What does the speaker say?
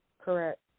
Correct